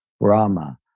Brahma